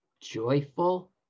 joyful